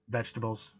vegetables